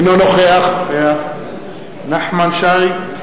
אינו נוכח נחמן שי,